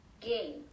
game